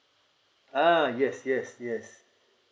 ah yes yes yes